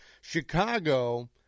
Chicago